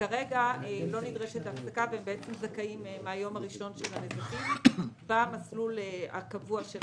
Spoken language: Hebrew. כרגע לא נדרשת הפסקה והם זכאים מן היום הראשון של הנזקים במסלול הקבוע,